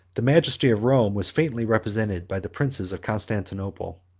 the majesty of rome was faintly represented by the princes of constantinople,